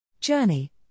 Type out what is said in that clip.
Journey